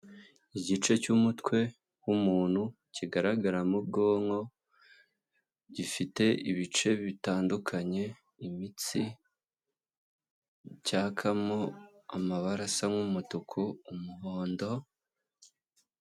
igice cy'umutwe w'umuntu kigaragara mo ubwonko gifite ibice bitandukanye imitsi cyakamo amabara asa nk'umutuku umuhondo